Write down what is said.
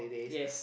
yes